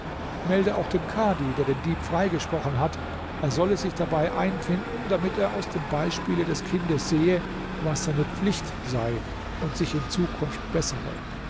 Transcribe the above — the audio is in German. melde auch dem kadhi der den dieb freigesprochen hat er solle sich dabei einfinden damit er aus dem beispiele des kindes sehe was seine pflicht sei und sich in zukunft bessere